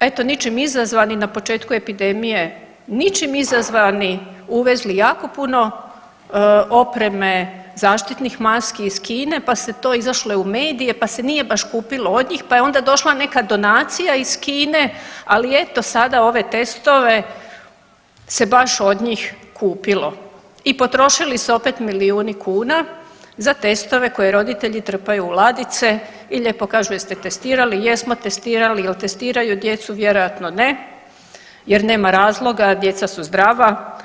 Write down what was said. eto ničim izazvani na početku epidemije ničim izazvani uvezli jako puno opreme, zaštitnih maski iz Kine pa se to izašlo u medije pa se nije baš kupilo od njih pa je onda došla neka donacija iz Kine, ali eto sada ove testove se baš od njih kupilo i potrošili se opet milijuni kuna za testove koje roditelji trpaju u ladice i lijepo kažu jeste testirali, jesmo testirali, jel testiraju djecu, vjerojatno ne jer nema razloga djeca su zdrava.